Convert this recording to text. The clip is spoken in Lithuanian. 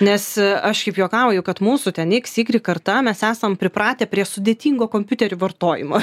nes aš šiaip juokauju kad mūsų ten iks ygrik karta mes esam pripratę prie sudėtingo kompiuterių vartojimo